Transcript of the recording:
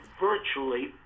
virtually